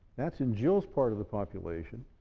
that's in jill's part of the population.